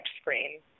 screen